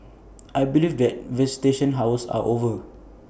I believe that visitation hours are over